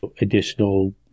additional